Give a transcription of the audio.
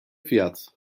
fiyat